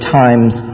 times